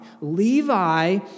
Levi